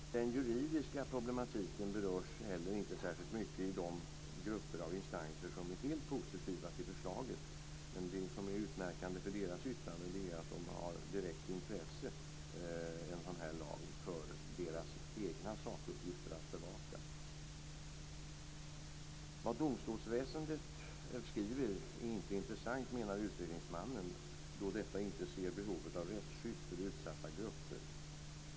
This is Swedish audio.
Den juridiska problematiken berörs heller inte särskilt mycket i de grupper av instanser som är helt positiva till förslaget. Men det som är utmärkande för deras yttrande är att de har ett direkt intresse av en sådan här lag för att bevaka sina egna sakuppgifter. Vad domstolsväsendet skriver är inte intressant, menar utredningsmannen, då man inom detta inte ser behovet av rättsskydd för utsatta grupper.